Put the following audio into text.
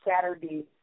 Saturday